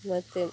ಮತ್ತು